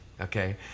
okay